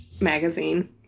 magazine